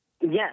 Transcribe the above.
yes